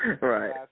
Right